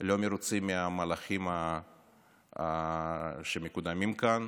לא מרוצים מהמהלכים שמקודמים כאן,